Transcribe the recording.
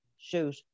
shoot